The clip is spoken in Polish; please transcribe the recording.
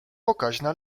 pokaźna